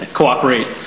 cooperate